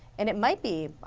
and it might be,